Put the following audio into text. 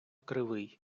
кривий